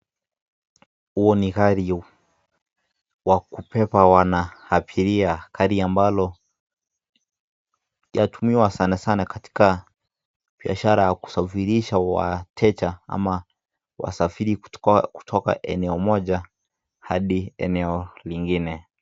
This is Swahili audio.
Huu ni gari wa kubeba wanaabiria, gari ambalo linatumiwa sana sana katika biashara ya kusafirisha wateja ama wasafiri kutoka eneo moja hadi eneo lingine.